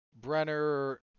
Brenner